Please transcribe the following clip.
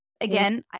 Again